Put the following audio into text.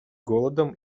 голодом